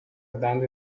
dando